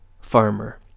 Farmer